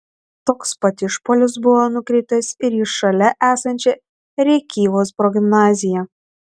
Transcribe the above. toks pat išpuolis buvo nukreiptas ir į šalia esančią rėkyvos progimnaziją